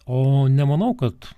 o nemanau kad